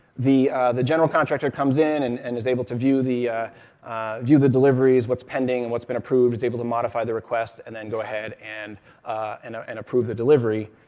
the the general contractor comes in and and is able to view the view the deliveries, what's pending and what's been approved, is able to modify the request, and then go ahead and and ah approve the delivery.